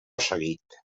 seguit